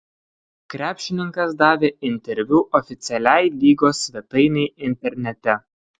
krepšininkas davė interviu oficialiai lygos svetainei internete